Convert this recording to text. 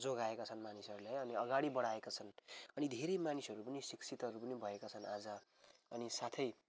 जोगाएका छन् मानिसहरूले अनि अगाडि बढाएका छन् अनि धेरै मानिसहरू पनि शिक्षितहरू पनि भएका छन् आज अनि साथै